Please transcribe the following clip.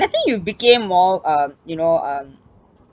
think you became more um you know um